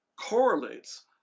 correlates